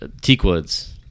Teakwood's